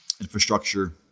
infrastructure